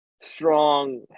strong